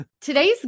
Today's